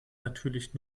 natürlich